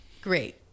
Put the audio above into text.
Great